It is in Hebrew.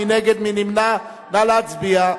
מי נגד?